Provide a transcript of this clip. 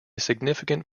significant